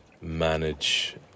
Manage